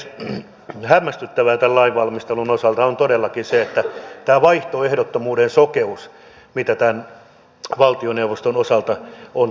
hämmästyttävää tämän lainvalmistelun osalta on todellakin tämä vaihtoehdottomuuden sokeus mitä tämän valtioneuvoston osalta on ollut